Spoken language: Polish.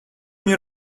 nie